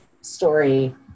story